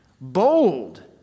bold